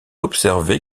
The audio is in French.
observer